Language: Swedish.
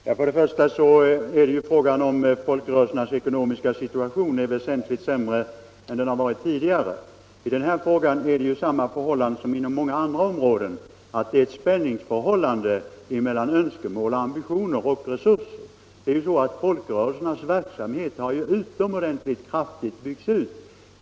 Herr talman! Frågan gäller om folkrörelsernas ekonomiska situation nu är väsentligt sämre än den varit tidigare. Här är det ju som inom många andra områden ett spänningsförhållande mellan önskemål, ambitioner och resurser. Folkrörelsernas verksamhet har ju byggts ut utomordentligt hastigt.